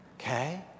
Okay